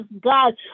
God